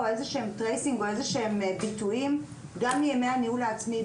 איזה שהם ביטויים כבר מימי הניהול העצמי.